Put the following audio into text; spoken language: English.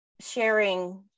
sharing